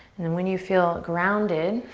and then when you feel grounded,